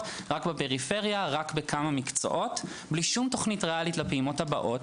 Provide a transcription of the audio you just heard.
רק בפריפריה ורק בכמה מקצועות בלי שום תכנית ריאלית לפעימות הבאות.